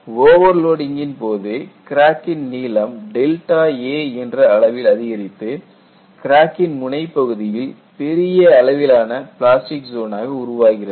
overloading கின் போது கிராக்கின் நீளம் Δa என்ற அளவில் அதிகரித்து கிராக்கின் முனைப்பகுதியில் பெரிய அளவிலான பிளாஸ்டிக் ஜோன் ஆக உருவாகிறது